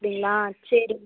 அப்படிங்களா சரி